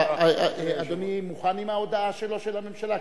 אדוני מוכן עם ההודעה שלו של הממשלה?